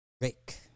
Rake